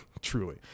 Truly